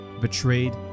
betrayed